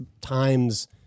times